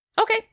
Okay